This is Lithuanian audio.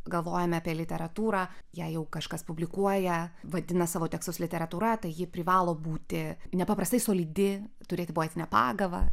galvojame apie literatūrą jei jau kažkas publikuoja vadina savo tekstus literatūra tai ji privalo būti nepaprastai solidi turėti poetinę pagavą